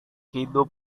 hidup